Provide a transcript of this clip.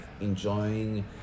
enjoying